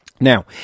Now